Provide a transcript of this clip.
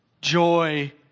joy